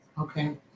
Okay